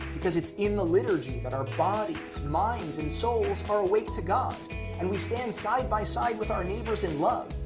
because it's in the liturgy that our bodies, minds, and souls are awake to god and we stand side by side with our neighbors in love,